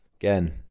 Again